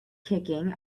kicking